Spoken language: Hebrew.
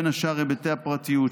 בין השאר היבטי הפרטיות,